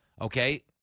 Okay